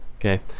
Okay